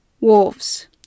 Wolves